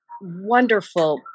wonderful